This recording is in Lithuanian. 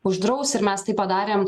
uždraus ir mes tai padarėm